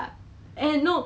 I fall